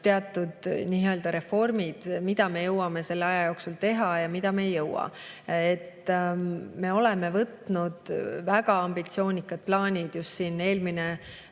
teatud nii-öelda reformid, mida me jõuame selle aja jooksul teha, ja need, mida me ei jõua. Me oleme seadnud väga ambitsioonikad plaanid. Eelmine